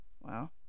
Wow